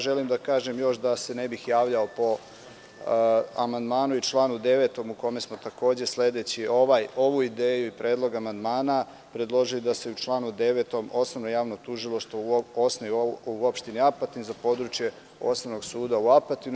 Želim da kažem još, da se ne bi javljao po amandmanu i članu 9. u kome smo, takođe sledeći ovu ideju i predlog amandmana, predložili da se u članu 9. osnovno javno tužilaštvo osniva u opštini Apatin za područje osnovnog suda u Apatinu.